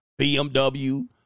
BMW